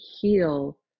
heal